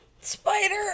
Spider